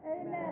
amen